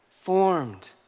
formed